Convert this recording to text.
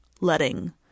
letting